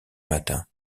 matin